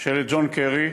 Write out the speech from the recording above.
של ג'ון קרי.